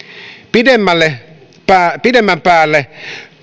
pidemmän päälle